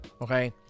okay